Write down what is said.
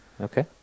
Okay